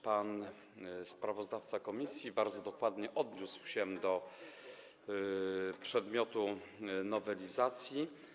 Pan sprawozdawca komisji bardzo dokładnie odniósł się do przedmiotu nowelizacji.